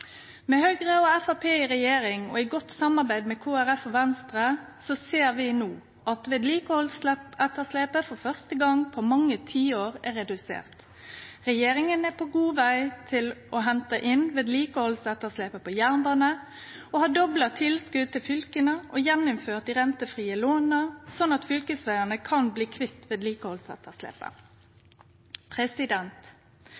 Med Høgre og Framstegspartiet i regjering og i godt samarbeid med Kristeleg Folkeparti og Venstre ser vi no at vedlikehaldsetterslepet for første gong på mange tiår er redusert. Regjeringa er på god veg til å hente inn vedlikehaldsetterslepet på jernbane og har dobla tilskotet til fylka og innført dei rentefrie låna att, slik at fylkesvegane kan bli kvitt